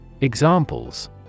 Examples